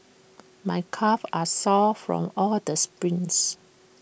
my calves are sore from all the sprints